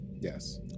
yes